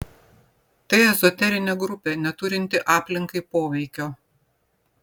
tai ezoterinė grupė neturinti aplinkai poveikio